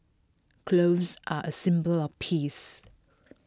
clothes are A symbol of peace